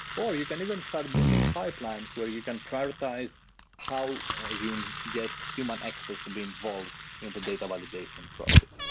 or you can even start building pipelines where you can prioritize how you can get human experts to be involved in the data validation process.